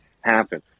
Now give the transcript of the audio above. happen